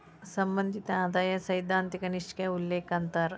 ಸಂಬಂಧಿತ ಆದಾಯ ಸೈದ್ಧಾಂತಿಕ ನಿಷ್ಕ್ರಿಯ ಉಲ್ಲೇಖ ಅಂತಾರ